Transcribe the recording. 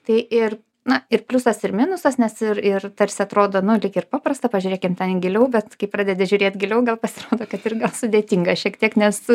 tai ir na ir pliusas ir minusas nes ir ir tarsi atrodo nu lyg ir paprasta pažiūrėkim ten giliau bet kai pradedi žiūrėt giliau gal pasirodo kad ir gal sudėtinga šiek tiek nes